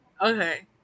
okay